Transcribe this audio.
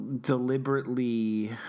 deliberately